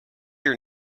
your